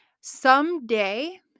someday